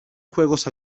juegos